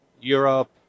Europe